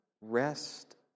rest